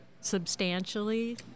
substantially